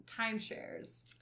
timeshares